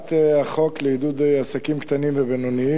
הצעת החוק לעידוד עסקים קטנים ובינוניים,